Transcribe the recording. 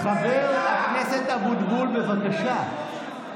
חבר הכנסת אבוטבול, בבקשה.